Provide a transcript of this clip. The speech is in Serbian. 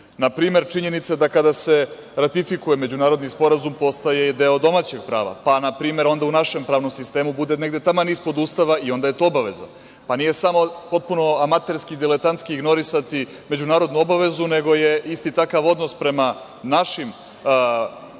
na primer činjenica da kada se ratifikuje međunarodni sporazum postaje deo domaćeg prava, pa, na primer onda u našem pravnom sistemu bude negde taman ispod Ustava i onda je to obaveza. Nije samo potpuno amaterski i diletantski ignorisati međunarodnu obavezu, nego je isti takav odnos prema našim zakonima,